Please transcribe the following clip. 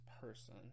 person